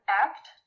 act